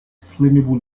flammable